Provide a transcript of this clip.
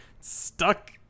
stuck